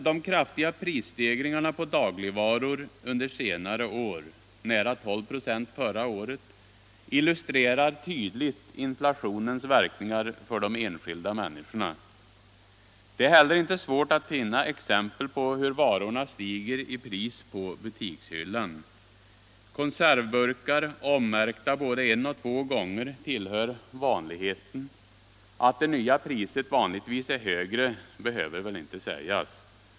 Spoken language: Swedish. De kraftiga prisstegringarna på dagligvaror under senare år — nära 12 6 förra året — illustrerar tydligt inflationens verkningar för de enskilda människorna. Det är heller inte svårt att finna exempel på hur varorna stiger i pris på butikshyllan. Konservburkar ommärkta både en och två gånger tillhör vanligheten. Att det nya priset vanligtvis är högre behöver väl inte sägas.